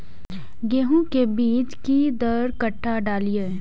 गेंहू के बीज कि दर कट्ठा डालिए?